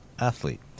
athlete